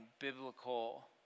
biblical